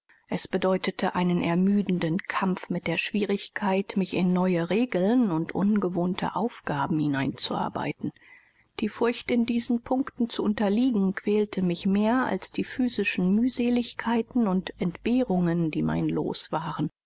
es bedeutete einen ermüdenden kampf mit der schwierigkeit mich in neue regeln und ungewöhnte aufgaben hineinzuarbeiten die furcht in diesen punkten zu unterliegen quälte mich mehr als die physischen mühseligkeiten und entbehrungen die mein los waren